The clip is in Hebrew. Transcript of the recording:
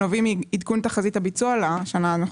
הנובעים מעדכון תחזית הביצוע לשנה הנוכחית.